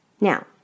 Now